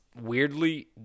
weirdly